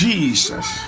Jesus